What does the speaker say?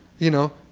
you know?